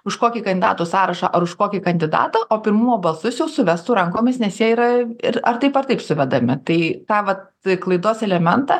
už kokį kandidatų sąrašą ar už kokį kandidatą o pirmumo balsus jau suvestų rankomis nes jie yra ir ar taip ar taip suvedami tai tą vat klaidos elementą